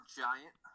giant